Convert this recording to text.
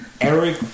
Eric